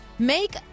Make